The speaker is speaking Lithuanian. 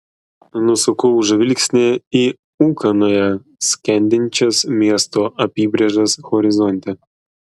nusukau žvilgsnį į ūkanoje skendinčias miesto apybrėžas horizonte